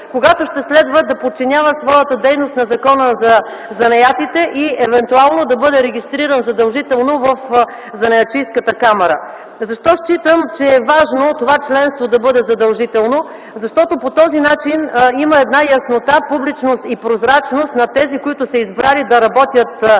когато ще следва да подчинява своята дейност на Закона за занаятите и евентуално да бъде регистриран задължително в Занаятчийската камара. Защо считам, че е важно това членство да бъде задължително? Защото по този начин има една яснота, публичност и прозрачност на тези, които са избрали да работят като